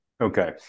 Okay